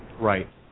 Right